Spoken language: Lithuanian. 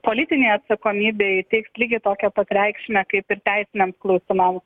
politinei atsakomybei teiks lygiai tokią pat reikšmę kaip ir teisiniams klausimams